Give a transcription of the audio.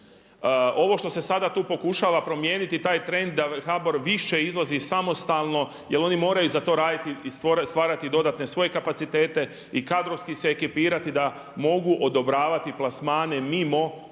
Ovo što se sada tu pokušava promijeniti, taj trend da HBOR više izlazi samostalno, jer oni moraju za to raditi i stvarati dodatne svoje kapacitete i kadrovski se ekipirati da mogu odobravati plasmane mimo poslovnih